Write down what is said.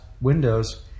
windows